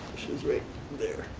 she's right there.